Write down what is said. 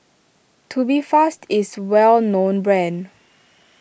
Tubifast is well known brand